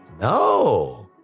No